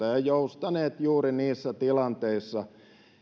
ja joustaneet juuri niissä tilanteissa